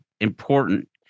important